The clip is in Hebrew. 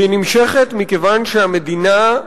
והיא נמשכת מכיוון שהמדינה,